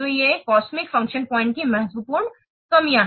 तो ये cosmic function points की महत्वपूर्ण कमियां हैं